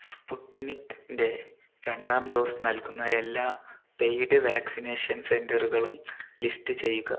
സ്പുട്നിക്കിൻ്റെ രണ്ടാം ഡോസ് നൽകുന്ന എല്ലാ പെയ്ഡ് വാക്സിനേഷൻ സെൻറ്ററുകളും ലിസ്റ്റ് ചെയ്യുക